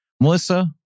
Melissa